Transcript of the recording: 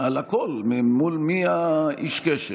על הכול, מי איש הקשר?